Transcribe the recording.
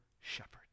shepherds